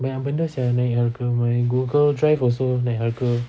banyak benda sia naik harga my google drive also naik harga